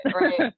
right